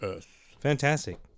Fantastic